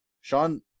Sean